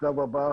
לשלב הבא